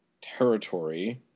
territory